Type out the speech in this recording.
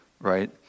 right